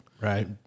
Right